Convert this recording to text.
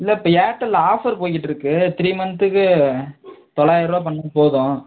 இல்லை இப்போ Airtel offer போயிக்கிட்டுருக்கு த்ரீ மந்த்துக்கு தொள்ளாயர்ரூபா பண்ணால் போதும்